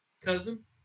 cousin